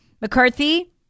McCarthy